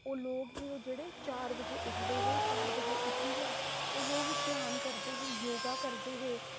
ओह् लोग हे ओह् जेह्ड़े ओह् चार बजे उठदे हे चार बजे उठियै ओह् लोग ध्यान करदे हे योग करदे हे